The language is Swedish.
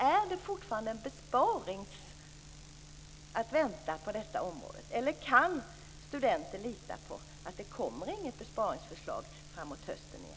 Är det fortfarande en besparing att vänta på detta område, eller kan studenter lita på att det inte kommer att läggas fram något besparingsförslag framåt hösten igen?